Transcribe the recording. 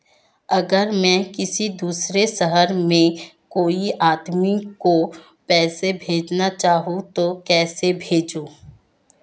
अगर मैं किसी दूसरे शहर में कोई आदमी को पैसे भेजना चाहूँ तो कैसे भेजूँ?